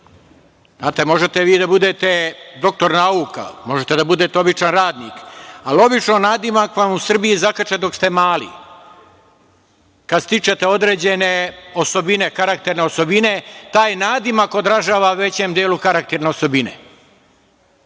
nadimka. Možete vi da budete doktor nauka, možete da budete običan radnik, ali obično nadimak vam u Srbiji zakače dok ste mali, kad stičete određene osobine, karakterne osobine, taj nadimak odražava u veću delu karakterne osobine. Vi